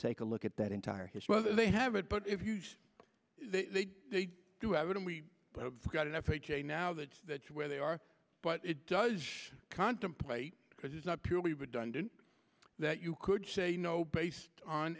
take a look at that entire history whether they have it but if you say they do have it and we got an f h a now that that's where they are but it does contemplate because it's not purely redundant that you could say you know based on